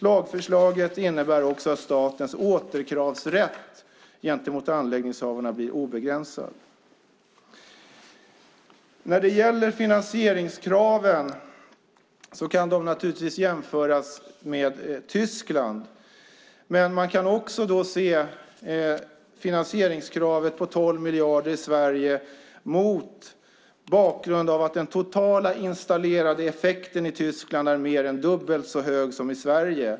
Lagförslaget innebär också att statens återkravsrätt gentemot anläggningshavarna blir obegränsad. Finansieringskraven kan jämföras med dem i Tyskland, men man kan också se finansieringskravet på 12 miljarder i Sverige mot bakgrund av att den totala installerade effekten i Tyskland är mer än dubbelt så hög som i Sverige.